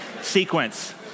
sequence